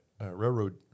railroad